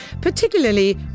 particularly